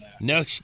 No